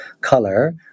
color